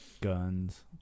Guns